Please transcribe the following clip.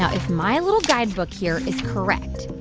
ah if my little guidebook here is correct,